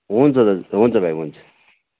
हुन्छ दाजु हुन्छ भाइ हुन्छ